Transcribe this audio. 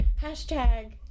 Hashtag